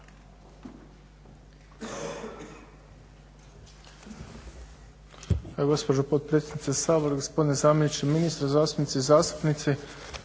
Hvala